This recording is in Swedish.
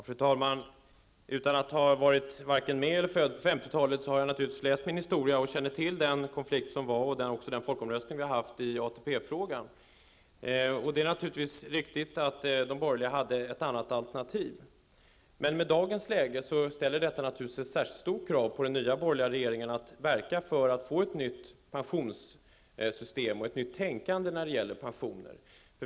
Fru talman! Utan att ha varit med eller varit född på 50-talet, har jag naturligtvis läst min historia, och jag känner till den konflikt som rådde då och den folkomröstning som följde i ATP-frågan. Det är naturligtvis riktigt att de borgerliga hade ett annat alternativ. I dagens läge ställer detta naturligtvis ett stort krav på den borgerliga regeringen att verka för ett nytt pensionssystem och ett nytt tänkande när det gäller pensioner.